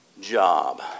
job